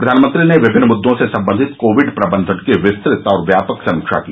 प्रधानमंत्री ने विभिन्न मुद्दों से संबंधित कोविड प्रबंधन की विस्तत और व्यापक समीक्षा की